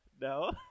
no